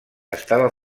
estava